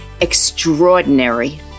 extraordinary